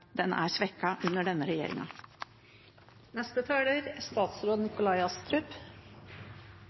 den er svekket under denne